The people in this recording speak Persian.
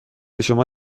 شما